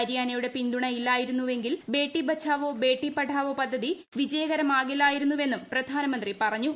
ഹരിയാനയുടെ പിന്തുണ ഇല്ലായിരുന്നെങ്കിൽ ബേട്ടി ബച്ചാവേ ബേട്ടി പഠാവോ പദ്ധതി വിജയകരമാകില്ലായിരുന്നുവെന്നും പ്രധാനമന്ത്രി പറഞ്ഞു